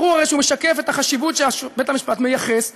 ברור הרי שהוא משקף את החשיבות שבית-המשפט מייחס לתיק.